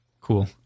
Cool